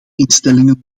instellingen